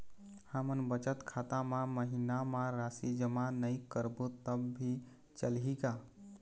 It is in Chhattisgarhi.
हमन बचत खाता मा महीना मा राशि जमा नई करबो तब भी चलही का?